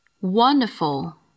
Wonderful